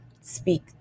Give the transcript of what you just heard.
speak